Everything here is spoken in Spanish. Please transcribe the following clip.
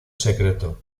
secreto